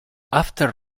after